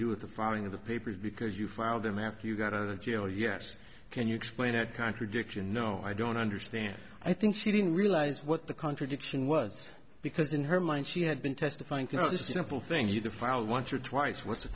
do with the filing of the papers because you filed them after you got on it you know yes can you explain that contradiction no i don't understand i think she didn't realize what the contradiction was because in her mind she had been testifying because the simple thing either filed once or twice what's